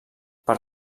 per